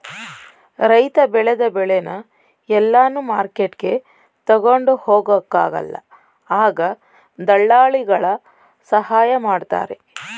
ರೈತ ಬೆಳೆದ ಬೆಳೆನ ಎಲ್ಲಾನು ಮಾರ್ಕೆಟ್ಗೆ ತಗೊಂಡ್ ಹೋಗೊಕ ಆಗಲ್ಲ ಆಗ ದಳ್ಳಾಲಿಗಳ ಸಹಾಯ ಮಾಡ್ತಾರೆ